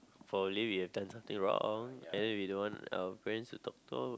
probably we have done something wrong and then we don't want our parents to talk to our